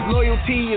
Loyalty